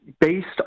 based